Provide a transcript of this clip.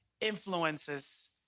influences